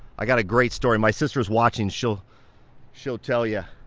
i got a great story. my sister's watching, she'll she'll tell you.